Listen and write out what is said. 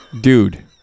dude